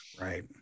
Right